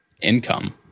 income